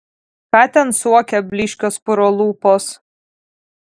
ką ten suokia blyškios puro lūpos